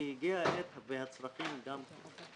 כי הגיעה העת והצרכים גם כן.